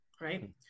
right